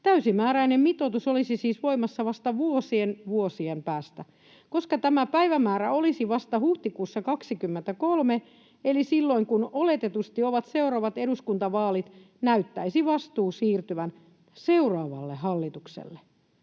Täysimääräinen mitoitus olisi siis voimassa vasta vuosien, vuosien päästä. Koska tämä päivämäärä olisi vasta huhtikuussa 2023 eli silloin, kun oletetusti ovat seuraavat eduskuntavaalit, näyttäisi vastuu siirtyvän seuraavalle hallitukselle.”